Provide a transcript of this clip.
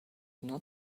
not